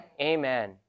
Amen